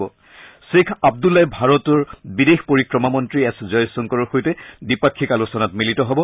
গ্ৰেখ আব্দুল্লাই ভাৰতৰ বিদেশ পৰিক্ৰমা মন্ত্ৰী এছ জয়শংকৰৰ সৈতে দ্বিপাক্ষিক আলোচনাত মিলিত হ'ব